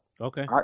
Okay